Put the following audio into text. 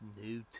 new